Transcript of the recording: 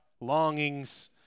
longings